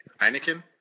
Heineken